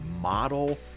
model